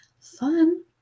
Fun